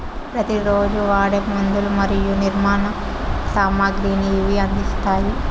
ప్రతి రోజు వాడే మందులు మరియు నిర్మాణ సామాగ్రిని ఇవి అందిస్తాయి